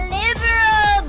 liberal